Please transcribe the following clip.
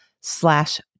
slash